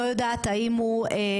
מנוסח.